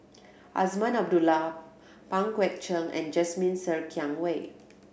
Azman Abdullah Pang Guek Cheng and Jasmine Ser Kiang Wei